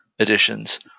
editions